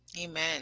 Amen